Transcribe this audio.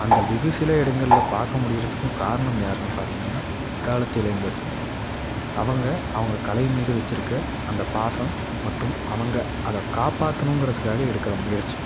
அந்த வெகு சில இடங்களில் பார்க்க முடிகிறதுக்கும் காரணம் யாருன்னு பார்த்திங்கன்னா இக்காலத்து இளைஞர்கள் அவங்க அவங்க கலை மீது வச்சிருக்க அந்த பாசம் மற்றும் அவங்க அதை காப்பாற்றணுங்குறதுக்காக எடுக்கிற முயற்சி